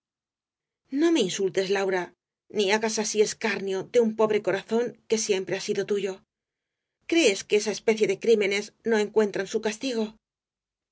no me insultes laura ni hagas así escarnio de un pobre corazón que siempre ha sido tuyo crees que esa especie de crímenes no encuentran su castigo